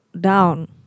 down